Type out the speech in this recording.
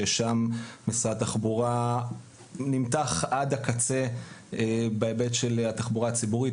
ששם משרד התחבורה נמתח עד הקצה בהיבט של התחבורה הציבורית.